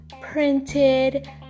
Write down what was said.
printed